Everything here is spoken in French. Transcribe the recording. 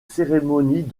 cérémonies